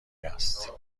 است